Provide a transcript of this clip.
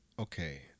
Okay